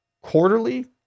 quarterly